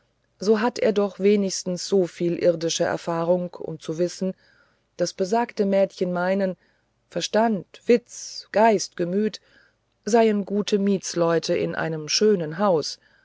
so hatte er doch wenigstens so viel irdische erfahrung um zu wissen daß besagte mädchen meinen verstand witz geist gemüt seien gute mietsleute in einem schönen hause